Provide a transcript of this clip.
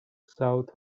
south